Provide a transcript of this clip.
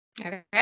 Okay